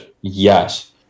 Yes